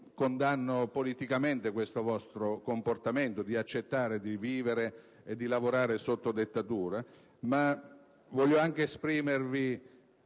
condanno politicamente questo vostro comportamento di accettare, di vivere e di lavorare sotto dettatura, ma voglio anche esprimere